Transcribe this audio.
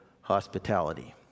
hospitality